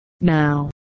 Now